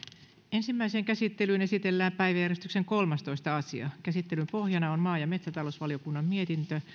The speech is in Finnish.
ensimmäiseen käsittelyyn esitellään päiväjärjestyksen kolmastoista asia käsittelyn pohjana on maa ja metsätalousvaliokunnan mietintö